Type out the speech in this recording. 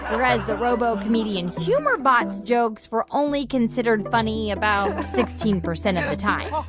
whereas the robo comedian humor bot's jokes were only considered funny about sixteen percent of the time.